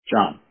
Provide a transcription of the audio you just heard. John